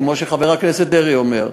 כמו שחבר הכנסת דרעי אומר,